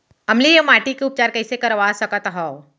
अम्लीय माटी के उपचार कइसे करवा सकत हव?